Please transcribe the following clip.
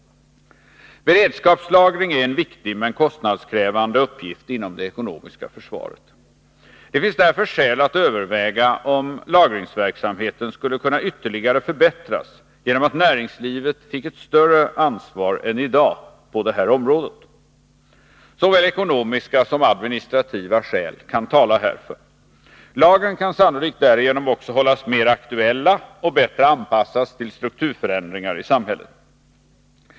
Beredskapslagring är en viktig, men kostnadskrävande, uppgift inom det ekonomiska försvaret. Det finns därför skäl att överväga om lagringsverksamheten skulle kunna ytterligare förbättras genom att näringslivet fick ett större ansvar än i dag på detta område. Såväl ekonomiska som administrativa skäl kan tala härför. Lagren kan sannolikt därigenom också hållas mer aktuella och bättre anpassas till strukturförändringar i samhället.